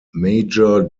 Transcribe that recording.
major